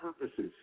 purposes